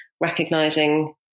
recognizing